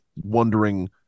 wondering